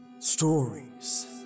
Stories